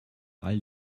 all